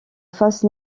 face